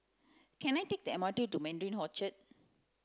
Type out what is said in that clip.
can I take the M R T to Mandarin Orchard